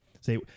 say